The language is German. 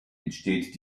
entsteht